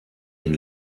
ihn